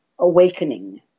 Awakening